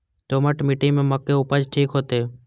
दोमट मिट्टी में मक्के उपज ठीक होते?